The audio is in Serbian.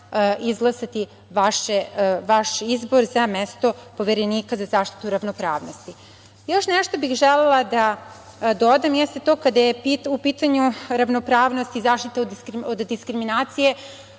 izglasati vaš izbor za mesto Poverenika za zaštitu ravnopravnosti. Još nešto bih želela da dodam. Kada je u pitanju ravnopravnost i zaštita od diskriminacije,